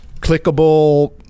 clickable